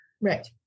right